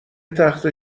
تخته